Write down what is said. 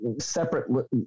separate